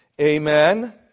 Amen